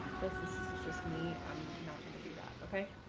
but since this is just me, i'm not going to do that, ok?